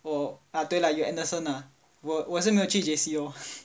oo ah 对 lah 有 anderson ah 我我是没有去 J_C lor